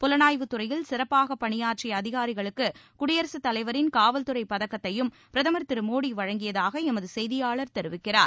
புலனாய்வுத்துறையில் சிறப்பாக பணியாற்றிய அதிகாரிகளுக்கு குடியரசுத் தலைவரின் காவல்துறை பதக்கத்தையும் பிரதமர் திரு மோடி வழங்கியதாக எமது செய்தியாளர் தெரிவிக்கிறார்